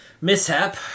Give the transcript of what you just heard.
mishap